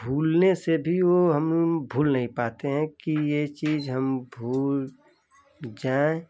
भूलने से भी वो हम भूल नहीं पाते हैं कि ये चीज हम भूल जाएँ